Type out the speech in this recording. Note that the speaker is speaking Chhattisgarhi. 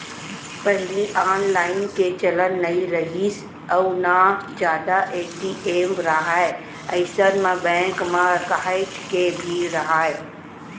पहिली ऑनलाईन के चलन नइ रिहिस अउ ना जादा ए.टी.एम राहय अइसन म बेंक म काहेच भीड़ राहय